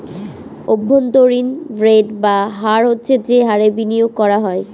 অভ্যন্তরীন রেট বা হার হচ্ছে যে হারে বিনিয়োগ করা হয়